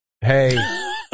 Hey